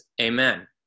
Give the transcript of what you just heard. amen